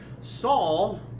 Saul